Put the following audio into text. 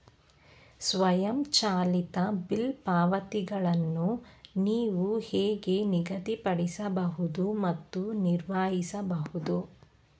ಸ್ವಯಂಚಾಲಿತ ಬಿಲ್ ಪಾವತಿಗಳನ್ನು ನೀವು ಹೇಗೆ ನಿಗದಿಪಡಿಸಬಹುದು ಮತ್ತು ನಿರ್ವಹಿಸಬಹುದು?